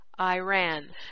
Iran